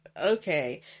okay